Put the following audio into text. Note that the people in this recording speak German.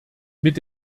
mit